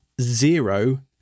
zero